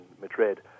Madrid